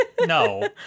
No